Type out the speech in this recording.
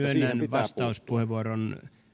vastauspuheenvuoron